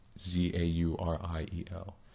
Z-A-U-R-I-E-L